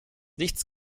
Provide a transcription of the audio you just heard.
nichts